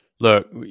Look